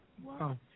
Wow